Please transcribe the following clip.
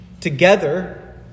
together